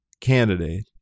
candidate